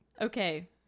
Okay